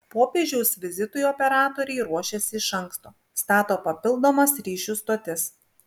popiežiaus vizitui operatoriai ruošiasi iš anksto stato papildomas ryšių stotis